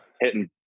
hitting